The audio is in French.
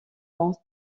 dans